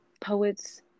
Poets